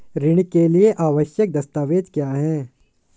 ऋण के लिए आवश्यक दस्तावेज क्या हैं?